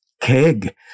keg